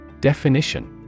Definition